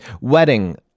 wedding